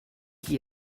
qui